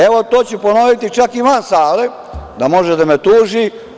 Evo, to ću ponoviti čak i van sale da može da me tuži.